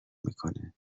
میکنه